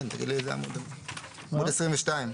בעמוד 22,